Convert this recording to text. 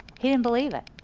he didn't believe it.